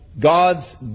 God's